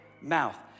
mouth